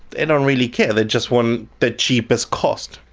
they don't really care, they just want the cheapest cost,